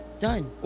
done